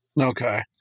okay